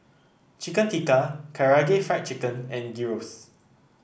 Chicken Tikka Karaage Fried Chicken and Gyros